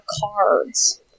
Cards